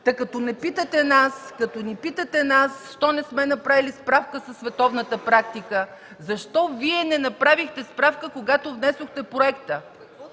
ЦЕЦКА ЦАЧЕВА: Та, като ни питате нас – защо не сме направили справка със световната практика, защо Вие не направихте справка, когато внесохте проекта?